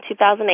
2008